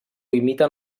imiten